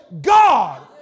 God